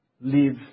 Live